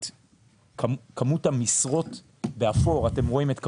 אתם רואים את כמות המשרות הפנויות,